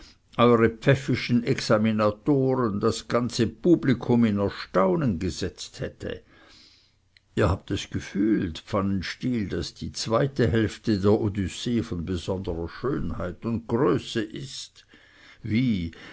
eure fäffischen examinatoren das ganze publikum in erstaunen gesetzt hätte ihr habt es gefühlt pfannenstiel daß die zweite hälfte der odyssee von besonderer schönheit und größe ist wie